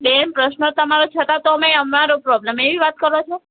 બેન પ્રશ્ન તમારો છતાં તો અમે અમારો પ્રોબ્લેમ એવી વાત કરો છો